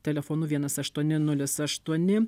telefonu vienas aštuoni nulis aštuoni